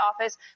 office